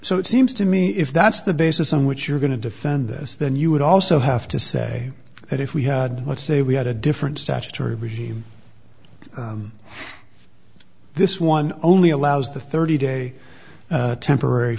so it seems to me if that's the basis on which you're going to defend this then you would also have to say that if we had let's say we had a different statutory regime this one only allows the thirty day temporary